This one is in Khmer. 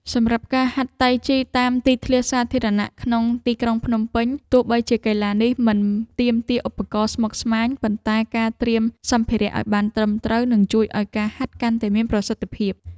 សម្រាប់ការហាត់តៃជីតាមទីធ្លាសាធារណៈក្នុងទីក្រុងភ្នំពេញ ទោះបីជាកីឡានេះមិនទាមទារឧបករណ៍ស្មុគស្មាញ ប៉ុន្តែការត្រៀមសម្ភារៈឱ្យបានត្រឹមត្រូវនឹងជួយឱ្យការហាត់កាន់តែមានប្រសិទ្ធភាព។